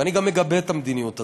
ואני גם מגבה את המדיניות הזאת.